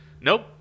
nope